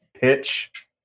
pitch